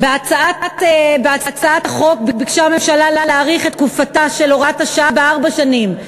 בהצעת החוק ביקשה הממשלה להאריך את תקופתה של הוראת השעה בארבע שנים.